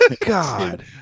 God